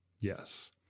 yes